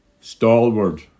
stalwart